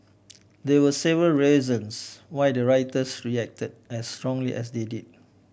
there were several reasons why the rioters reacted as strongly as they did